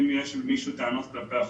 אם יש למישהו טענות כלפי החוק,